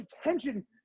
attention